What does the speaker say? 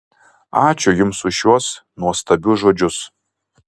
ačiū jums už šiuos nuostabius žodžius